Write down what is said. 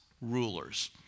rulers